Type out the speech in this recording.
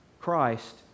Christ